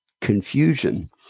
confusion